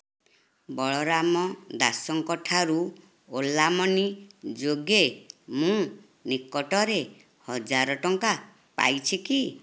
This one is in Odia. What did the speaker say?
ବଳରାମ ଦାସଙ୍କ ଠାରୁ ଓଲା ମନି ଯୋଗେ ମୁଁ ନିକଟରେ ହଜାରେ ଟଙ୍କା ପାଇଛି କି